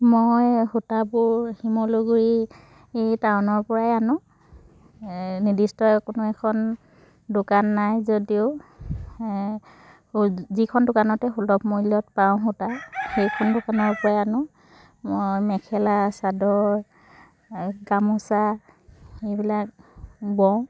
মই সূতাবোৰ শিমলুগুৰি টাউনৰ পৰাই আনো নিৰ্দিষ্ট কোনো এখন দোকান নাই যদিও যিখন দোকানত সুলভ মূল্যত পাওঁ সূতা সেইখন দোকানৰ পৰাই আনো মই মেখেলা চাদৰ গামোচা এইবিলাক বওঁ